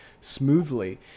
smoothly